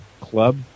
Club